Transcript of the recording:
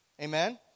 Amen